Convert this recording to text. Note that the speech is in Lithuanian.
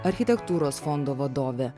architektūros fondo vadovė